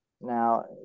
Now